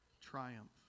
triumph